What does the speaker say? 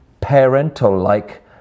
parental-like